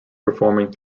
performing